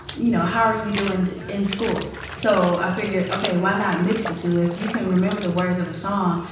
you know, how are you doing in school? so i figured, ok, why not mix the two? if you can remember the words of a song,